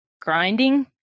grinding